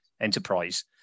enterprise